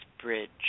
Bridge